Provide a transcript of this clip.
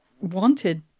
wanted